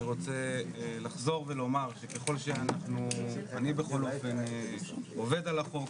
אני רוצה לחזור ולומר שככל שאני עובד על החוק,